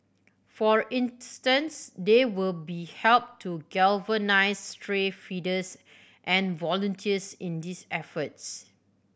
for instance they will be help to galvanise stray feeders and volunteers in these efforts